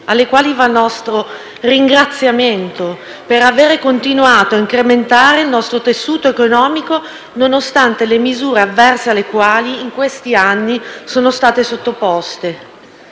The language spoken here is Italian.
alle quali va il nostro ringraziamento per aver continuato a incrementare il nostro tessuto economico, nonostante le misure avverse alle quali in questi anni sono state sottoposte.